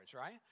right